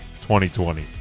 2020